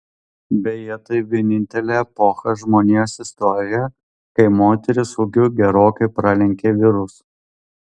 beje tai vienintelė epocha žmonijos istorijoje kai moterys ūgiu gerokai pralenkė vyrus